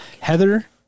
Heather